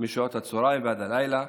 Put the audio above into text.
משעות הצוהריים ועד הלילה.